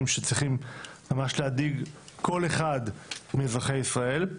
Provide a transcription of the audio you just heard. שצריכים ממש להדאיג כל אחד מאזרחי ישראל,